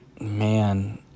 man